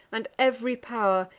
and ev'ry pow'r,